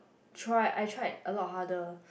try I tried a lot harder